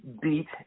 beat